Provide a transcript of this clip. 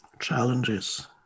challenges